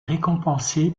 récompensé